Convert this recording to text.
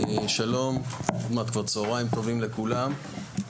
שלום, צוהריים טובים לכולם.